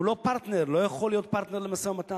הוא לא פרטנר, לא יכול להיות פרטנר למשא-ומתן.